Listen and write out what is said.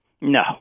No